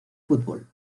fútbol